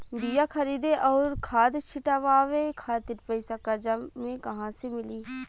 बीया खरीदे आउर खाद छिटवावे खातिर पईसा कर्जा मे कहाँसे मिली?